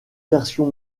version